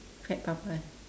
fat papa